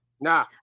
Nah